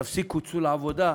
תפסיקו, צאו לעבודה,